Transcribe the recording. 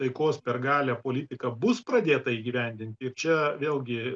taikos per galią politika bus pradėta įgyvendinti ir čia vėlgi